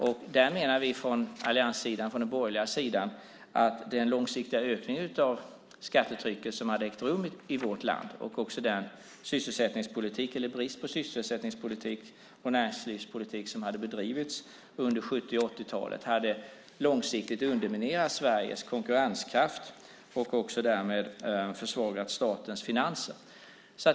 Från den borgerliga sidan menar vi att den långsiktiga ökning av skattetrycket som hade ägt rum i vårt land och den sysselsättningspolitik och näringslivspolitik - eller snarare brist på sådan - som hade bedrivits under 70 och 80-talen långsiktigt hade underminerat Sveriges konkurrenskraft. Därmed hade också statens finanser försvagats.